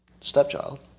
Stepchild